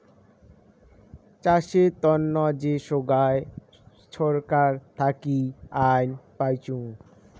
চাষের তন্ন যে সোগায় ছরকার থাকি আইন পাইচুঙ